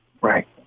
Right